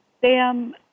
Sam